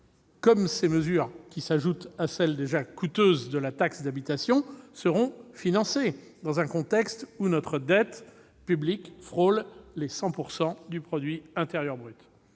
comment ces mesures, qui s'ajoutent à celles- déjà coûteuses -sur la taxe d'habitation, seront financées, dans un contexte où notre dette publique frôle les 100 % du PIB.